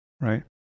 right